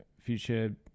future